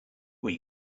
were